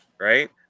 right